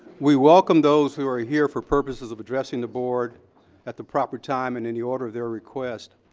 we welcome those who are here for purposes of addressing the board at the proper time and in the order of their request.